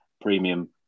premium